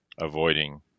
avoiding